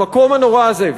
למקום הנורא הזה.